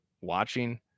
watching